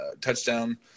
touchdown